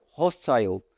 hostile